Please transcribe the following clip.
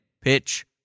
Pitch